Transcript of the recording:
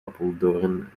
apeldoorn